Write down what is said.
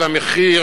על המחיר,